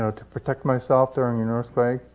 to protect myself during an earthquake?